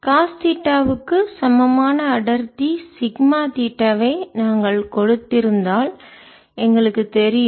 cos தீட்டாவுக்கு சமமான அடர்த்தி சிக்மா தீட்டாவை நாங்கள் கொடுத்திருந்தால் எங்களுக்குத் தெரியும்